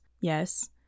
Yes